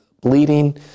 bleeding